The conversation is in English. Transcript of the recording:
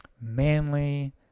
Manly